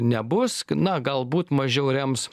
nebus na galbūt mažiau rems